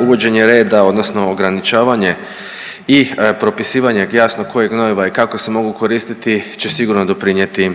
uvođenje reda odnosno ograničavanje i propisivanje jasno kojeg gnojiva i kako se mogu koristiti će sigurno doprinijeti